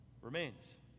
remains